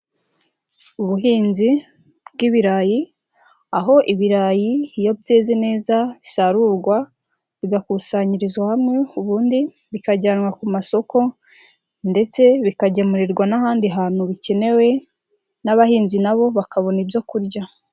Ubuhinzi, bw'ibirayi, aho ibirayi iyo byeze neza, bisarurwa, bigakusanyirizwa hamwe ubundi, bikajyanwa ku masoko, ndetse bikagemurirwa n'ahandi hantu bikenewe, n'abahinzi nabo bakabona ibyokurya.